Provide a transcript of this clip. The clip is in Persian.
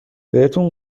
بهتون